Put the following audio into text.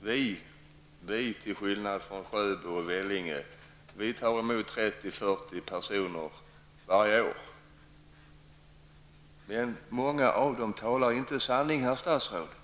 deras kommun -- till skillnad från Sjöbo och Vällinge -- varje år tar emot 30 -- 40 personer. Men många av dessa kommunalråd talar inte sanning, herr statsråd.